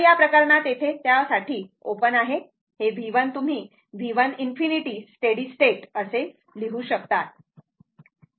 तर त्या प्रकरणात येथे हे त्या साठी ओपन आहे हे V1 तुम्ही V 1 ∞ steady state V 1 ∞ steady state लिहू शकता